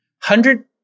hundred